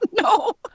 no